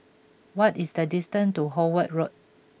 what is the distance to Howard Road